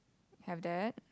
have that